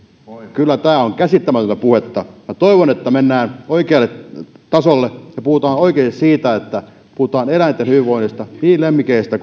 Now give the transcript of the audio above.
kyllä tämä on käsittämätöntä puhetta toivon että mennään oikealle tasolle ja puhutaan oikeasti siitä että puhutaan eläinten hyvinvoinnista niin lemmikeistä